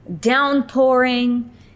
downpouring